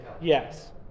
Yes